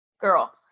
Girl